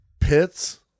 pits